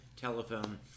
telephone